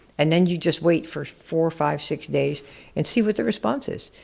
and then you just wait for four, five, six days and see what the response is.